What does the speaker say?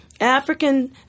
African